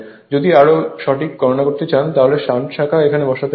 যদি আরো সঠিক গণনা করতে চান তাহলে শান্ট শাখা এখানে বসাতে পারেন